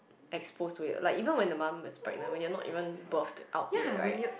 exposed to it like even when the mum is pregnant when you're not even birth out yet right